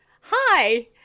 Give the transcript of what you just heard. Hi